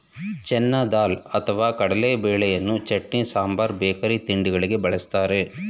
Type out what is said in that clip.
ಚೆನ್ನ ದಾಲ್ ಅಥವಾ ಕಡಲೆಬೇಳೆಯನ್ನು ಚಟ್ನಿ, ಸಾಂಬಾರ್ ಬೇಕರಿ ತಿಂಡಿಗಳಿಗೆ ಬಳ್ಸತ್ತರೆ